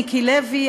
מיקי לוי,